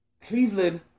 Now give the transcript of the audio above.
Cleveland